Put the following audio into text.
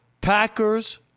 Packers